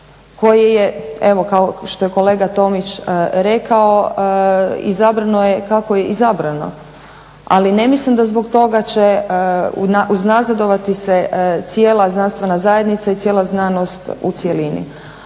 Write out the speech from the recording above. koji je, evo kao što je kolega Tomić rekao izabrano je kako je izabrano. Ali ne mislim da zbog toga će unazadovati se cijela znanstvena zajednica cijela znanstvena